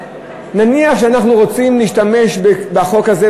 נניח שאנחנו רוצים להשתמש בחוק הזה,